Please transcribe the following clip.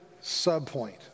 sub-point